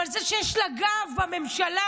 אבל זה שיש לה גב בממשלה,